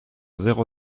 zéro